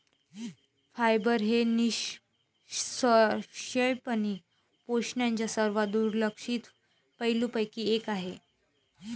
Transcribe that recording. fibre हे निःसंशयपणे पोषणाच्या सर्वात दुर्लक्षित पैलूंपैकी एक आहे